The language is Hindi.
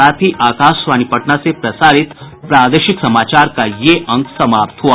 इसके साथ ही आकाशवाणी पटना से प्रसारित प्रादेशिक समाचार का ये अंक समाप्त हुआ